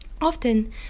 Often